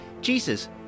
Jesus